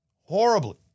horribly